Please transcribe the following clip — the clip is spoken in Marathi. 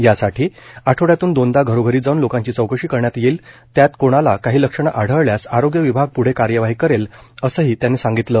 या साठी आठवड्यातून दोनदा घरोघरी जाऊन लोकांची चौकशी करण्यात येईल त्यात कोणाला काही लक्षणं आढळल्यास आरोग्य विभाग प्ढे कार्यवाही करेल असंही त्यांनी सांगितलं